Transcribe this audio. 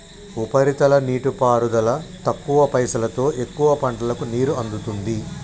ఉపరితల నీటిపారుదల తక్కువ పైసలోతో ఎక్కువ పంటలకు నీరు అందుతుంది